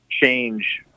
change